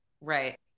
right